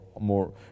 More